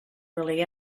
really